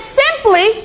simply